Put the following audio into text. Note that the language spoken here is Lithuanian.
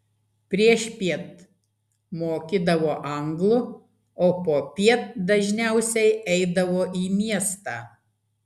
priešpiet mokydavo anglų o popiet dažniausiai eidavo į miestą